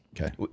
Okay